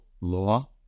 law